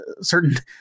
certain